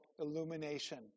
illumination